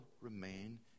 remain